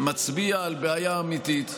מצביע על בעיה אמיתית,